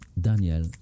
Daniel